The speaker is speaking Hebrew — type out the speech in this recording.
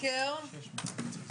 בוקר טוב לכולם,